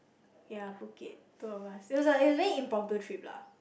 ya Phuket two of us it was a it was very impromptu trip lah